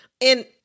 And-